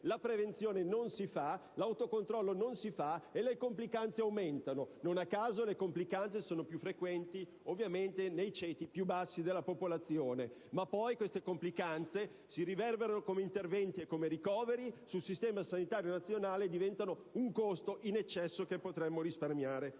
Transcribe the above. La prevenzione e l'autocontrollo non si fanno e le complicanze aumentano. Non a caso, le complicanze sono più frequenti ovviamente nei ceti più bassi della popolazione e queste si riverberano come interventi e ricoveri sul Servizio sanitario nazionale diventando un costo in eccesso che potremmo risparmiare